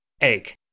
egg